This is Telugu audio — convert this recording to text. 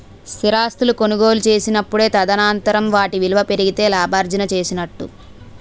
స్థిరాస్తులు కొనుగోలు చేసినప్పుడు తదనంతరం వాటి విలువ పెరిగితే లాభార్జన చేసినట్టు